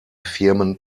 firmen